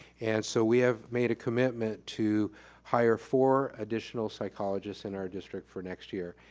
and so we have made a commitment to hire four additional psychologists in our district for next year.